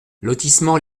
lotissement